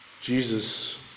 Jesus